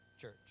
church